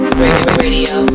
radio